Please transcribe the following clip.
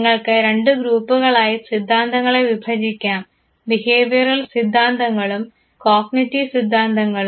നിങ്ങൾക്ക് രണ്ട് ഗ്രൂപ്പുകളായി സിദ്ധാന്തങ്ങളെ വിഭജിക്കാം ബിഹേവിയറൽ സിദ്ധാന്തങ്ങളും കോഗ്നിറ്റീവ് സിദ്ധാന്തങ്ങളും